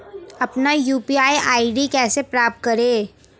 अपना UPI ID कैसे प्राप्त करें?